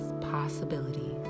possibilities